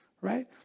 right